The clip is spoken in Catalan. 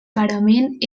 parament